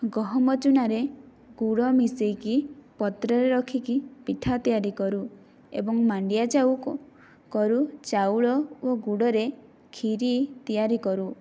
ଗହମ ଚୂନାରେ ଗୁଡ଼ ମିଶାଇକି ପତ୍ରରେ ରଖିକି ପିଠା ତିଆରି କରୁ ଏବଂ ମାଣ୍ଡିଆ ଯାଉକୁ କରୁ ଚାଉଳ ଓ ଗୁଡ଼ରେ କ୍ଷୀରି ତିଆରି କରୁ